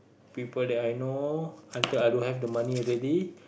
people that I know until I don't have the money already